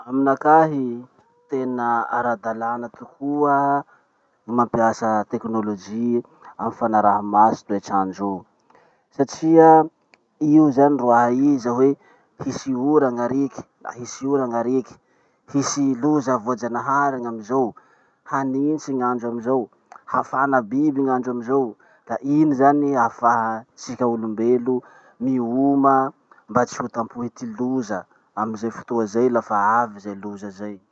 Aminakahy, tena ara-dalana tokoa ny mampiasa tekinolozy amy fanaraha-maso toetrandro o satria io zany ro ahaiza hoe, hisy ora gn'ariky na hisy ora gn'ariky, hisy loza voajanahary gn'amizao, hanitsy gn'andro amizao, hafana biby gn'andro amizao, ka iny zany ahafahatsika olom-belo mioma mba tsy ho tampohy ty loza amy ze fotoa zay lafa avy zay loza zay.